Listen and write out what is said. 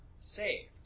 saved